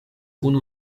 unu